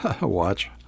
watch